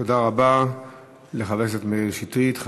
תודה רבה לחבר הכנסת מאיר שטרית.